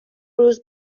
روز